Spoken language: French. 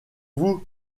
vous